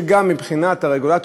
מבחינת הרגולטור,